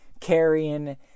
carrying